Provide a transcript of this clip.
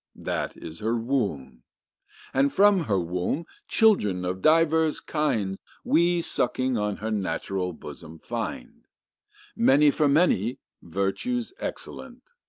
that is her womb and from her womb children of divers kind we sucking on her natural bosom find many for many virtues excellent,